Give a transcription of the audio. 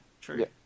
true